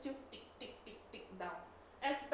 still tick tick tick tick down